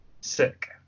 sick